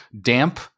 damp